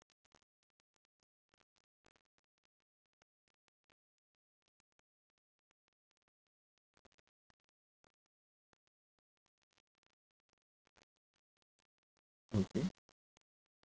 okay